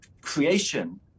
creation